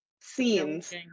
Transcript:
scenes